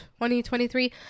2023